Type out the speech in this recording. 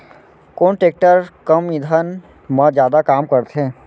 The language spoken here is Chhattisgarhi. कोन टेकटर कम ईंधन मा जादा काम करथे?